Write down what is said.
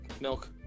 milk